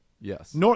Yes